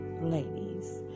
ladies